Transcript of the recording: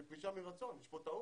זו פרישה מרצון, יש פה טעות.